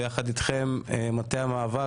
מטה המאבק